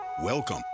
Welcome